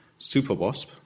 SuperWasp